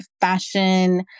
fashion